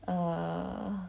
err